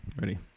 Ready